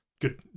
good